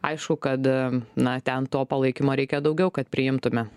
aišku kad na ten to palaikymo reikia daugiau kad priimtume